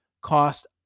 cost